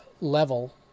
level